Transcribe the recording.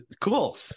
cool